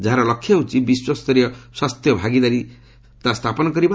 ଯାହାର ଲକ୍ଷ୍ୟ ହେଉଛି ବିଶ୍ୱସ୍ତରୀୟ ସ୍ୱାସ୍ଥ୍ୟ ଭାଗିଦାରି ସ୍ଥାପନ କରିବା